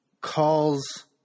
calls